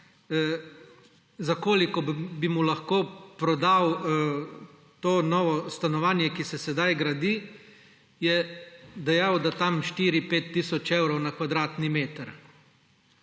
za koliko bi mu lahko prodal to novo stanovanje, ki se sedaj gradi, je dejal, da tam štiri, pet tisoč evrov na kvadratni meter.